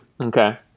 Okay